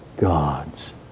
God's